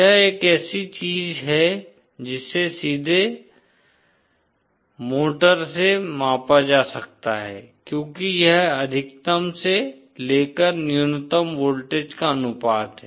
यह एक ऐसी चीज है जिसे सीधे मोटर से मापा जा सकता है क्योंकि यह अधिकतम से लेकर न्यूनतम वोल्टेज का अनुपात है